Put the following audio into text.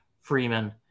Freeman